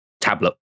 tablet